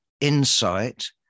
insight